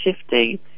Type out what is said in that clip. shifting